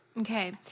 Okay